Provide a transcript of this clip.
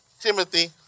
Timothy